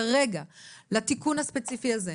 כרגע לתיקון הספציפי הזה,